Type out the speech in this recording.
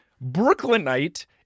Brooklynite